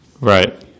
Right